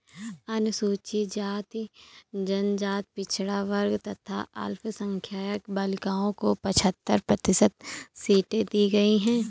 अनुसूचित जाति, जनजाति, पिछड़ा वर्ग तथा अल्पसंख्यक बालिकाओं को पचहत्तर प्रतिशत सीटें दी गईं है